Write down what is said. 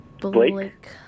Blake